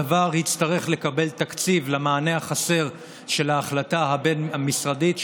הדבר יצטרך לקבל תקציב למענה החסר של ההחלטה הבין-משרדית,